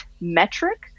metric